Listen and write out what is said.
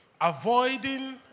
Avoiding